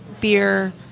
beer